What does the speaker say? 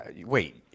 Wait